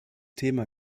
thema